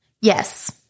Yes